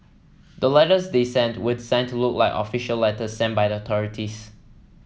the letters they sent were designed to look like official letters sent by the authorities